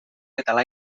català